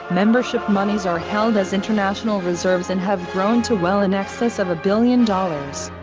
membership monies are held as international reserves and have grown to well in excess of a billion dollars.